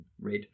red